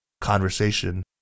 conversation